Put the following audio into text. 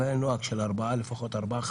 אבל היה נוהג של לפחות ארבעה,